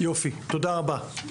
יופי, תודה רבה.